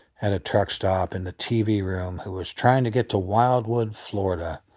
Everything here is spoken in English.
at a truck stop in the tv room who was trying to get to wildwood, florida,